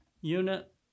unit